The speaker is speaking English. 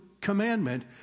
commandment